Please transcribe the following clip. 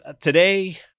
today